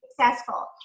successful